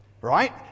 right